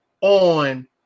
on